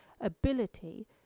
ability